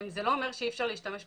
זה לא אומר שאי-אפשר להשתמש בחיסון,